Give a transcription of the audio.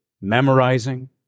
memorizing